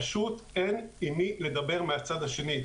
פשוט אין עם מי לדבר מהצד השני.